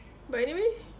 but anyway